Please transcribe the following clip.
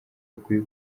bakwiye